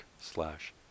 slash